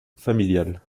familiale